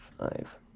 five